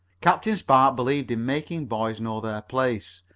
captain spark believed in making boys know their place,